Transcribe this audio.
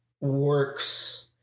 works